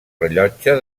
rellotge